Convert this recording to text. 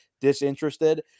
disinterested